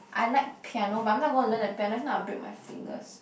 I like piano but I'm not going to learn the piano if not I'll break my fingers